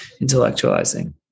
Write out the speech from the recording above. intellectualizing